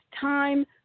time